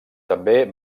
també